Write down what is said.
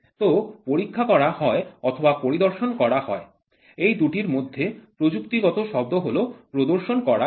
তো পরীক্ষা করা হয় অথবা পরিদর্শন করা হয় এই দুটির মধ্যে প্রযুক্তিগত শব্দ হল প্রদর্শন করা হয়